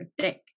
thick